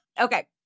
Okay